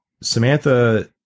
Samantha